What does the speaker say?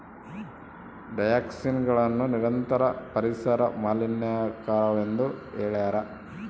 ಡಯಾಕ್ಸಿನ್ಗಳನ್ನು ನಿರಂತರ ಪರಿಸರ ಮಾಲಿನ್ಯಕಾರಕವೆಂದು ಹೇಳ್ಯಾರ